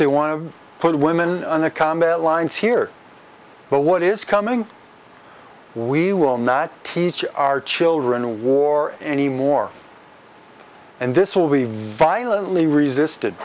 they want to put women in a combat line here but what is coming we will not teach our children a war anymore and this will be violently resisted